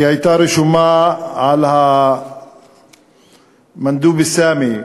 כי היא הייתה רשומה על "אלמנדוב אלסאמי",